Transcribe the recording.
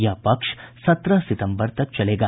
यह पक्ष सत्रह सितम्बर तक चलेगा